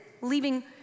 leaving